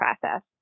process